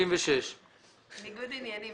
36.ניגוד עניינים